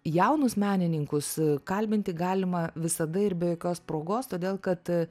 jaunus menininkus kalbinti galima visada ir be jokios progos todėl kad